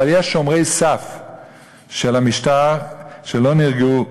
אבל יש שומרי סף של המשטר שלא נרגעו.